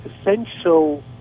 essential